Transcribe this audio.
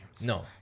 No